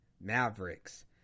Mavericks